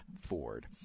Ford